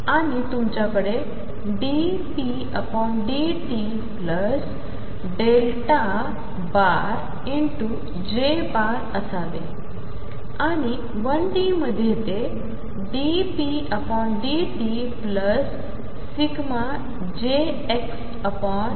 आणितुमच्याकडेdρdtjअसावेआणि1D मध्येतेdρdtjx∂x0असेल